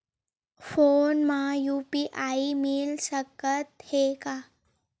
Phone मा UPI मिल सकत हे का?